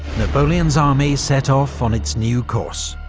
napoleon's army set off on its new course,